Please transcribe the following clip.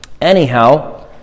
Anyhow